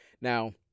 Now